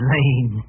Lane